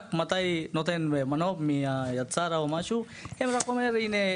רק מתי נותן מנוף מהיצרן או משהו רק אומר הנה,